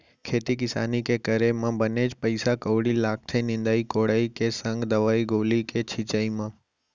खेती किसानी के करे म बनेच पइसा कउड़ी लागथे निंदई कोड़ई के संग दवई गोली के छिंचाई म